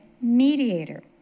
mediator